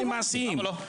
למה לא?